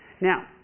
Now